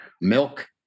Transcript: milk